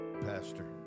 Pastor